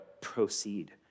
proceed